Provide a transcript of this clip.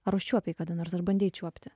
ar užčiuopei kada nors ar bandei čiuopti